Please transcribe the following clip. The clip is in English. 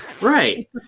Right